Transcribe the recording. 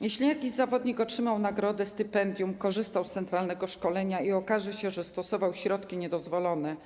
Jeśli jakiś zawodnik otrzymał nagrodę, stypendium, korzystał z centralnego szkolenia i okaże się, że stosował niedozwolone